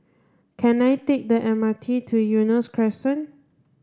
can I take the M R T to Eunos Crescent